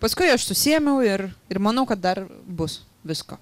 paskui aš susiėmiau ir ir manau kad dar bus visko